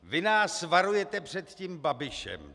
Vy nás varujete před tím Babišem.